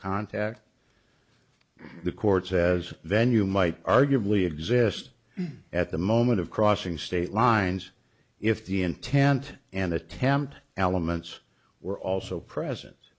contact the court says venue might arguably exist at the moment of crossing state lines if the intent and attempt elements were also presen